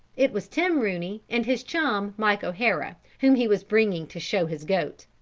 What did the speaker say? it was tim rooney and his chum, mike o'hara, whom he was bringing to show his goat.